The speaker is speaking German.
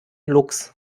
luchs